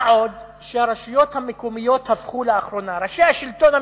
מה גם שהרשויות המקומיות, ראשי השלטון המקומי,